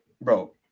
bro